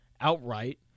outright